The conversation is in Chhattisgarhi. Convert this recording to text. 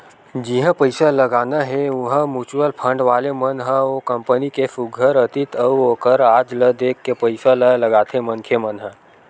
जिहाँ पइसा लगाना हे उहाँ म्युचुअल फंड वाले मन ह ओ कंपनी के सुग्घर अतीत अउ ओखर आज ल देख के पइसा ल लगाथे मनखे मन ह